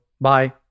bye